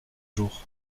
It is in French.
jour